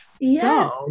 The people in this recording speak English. Yes